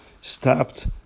stopped